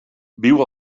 viu